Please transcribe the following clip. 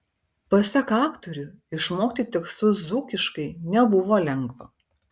pasak aktorių išmokti tekstus dzūkiškai nebuvo lengva